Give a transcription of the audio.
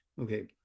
Okay